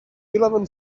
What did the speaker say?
eleven